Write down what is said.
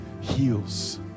heals